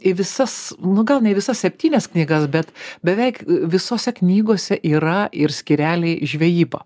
į visas nu gal ne į visas septynias knygas bet beveik visose knygose yra ir skyreliai žvejyba